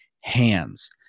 hands